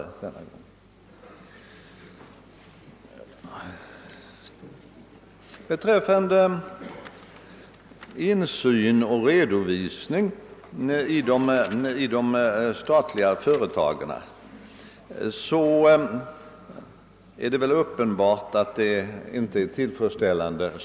Vad beträffar insyn och redovisning i de statliga företagen är det väl uppenbart att de nuvarande förhållandena inte är tillfredsställande.